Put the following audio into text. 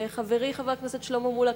חברי חבר הכנסת שלמה מולה,